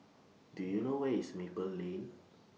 Do YOU know Where IS Maple Lane